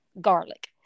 garlic